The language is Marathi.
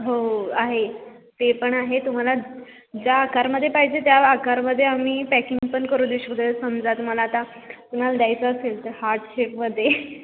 हो आहे ते पण आहे तुम्हाला ज्या आकारमध्ये पाहिजे त्या आकारमध्ये आम्ही पॅकिंग पण करू देऊ शकतो समजा तुम्हाला आता तुम्हाला द्यायचं असेल तर हार्ट शेपमध्ये